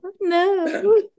No